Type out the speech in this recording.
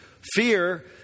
Fear